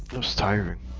was tired